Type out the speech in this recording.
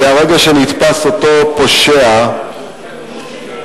מהרגע שנתפס אותו פושע שברח,